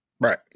Right